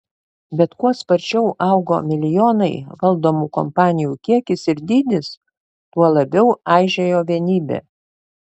bet kuo sparčiau augo milijonai valdomų kompanijų kiekis ir dydis tuo labiau aižėjo vienybė